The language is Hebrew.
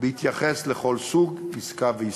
בהתייחס לכל סוג עסקה ועסקה.